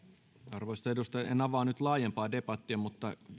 arvoisat edustajat en avaa nyt laajempaa debattia mutta